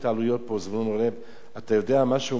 זבולון אורלב, אתה יודע, משהו מאוד מצחיק,